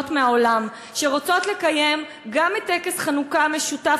מהעולם שרוצות לקיים גם טקס חנוכה משותף,